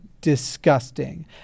Disgusting